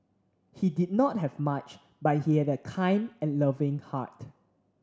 he did not have much but he had a kind and loving heart